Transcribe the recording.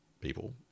people